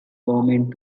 warming